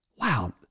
Wow